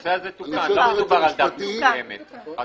הנושא הזה תוקן, לא מדובר על דת מסוימת חד-משמעית.